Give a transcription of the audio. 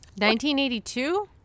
1982